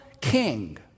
king